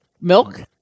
Milk